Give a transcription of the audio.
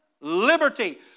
liberty